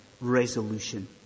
resolution